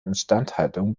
instandhaltung